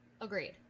Agreed